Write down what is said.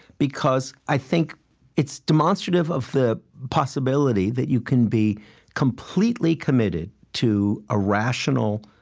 because i think it's demonstrative of the possibility that you can be completely committed to a rational,